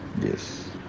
Yes